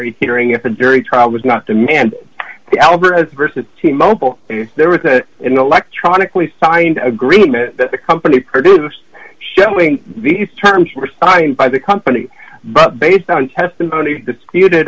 hearing if a jury trial was not demanded alvarez versus t mobile there was that in the electronically signed agreement that the company produced showing these terms were signed by the company but based on testimony disputed